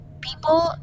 people